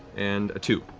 and a two.